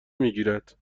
میگیرد